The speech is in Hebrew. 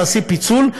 תעשי פיצול,